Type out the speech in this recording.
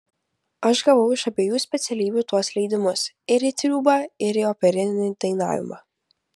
aš gavau iš abiejų specialybių tuos leidimus ir į triūbą ir į operinį dainavimą